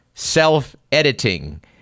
Self-editing